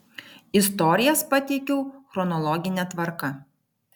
istorijas pateikiau chronologine tvarka